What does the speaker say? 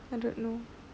I don't know